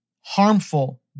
harmful